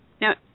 Now